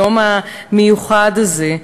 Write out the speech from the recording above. היום המיוחד הזה,